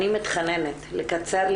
אני מתחננת, לקצר.